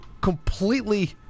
completely